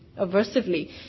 aversively